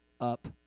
up